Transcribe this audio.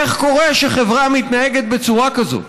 איך קורה שחברה מתנהגת בצורה כזאת?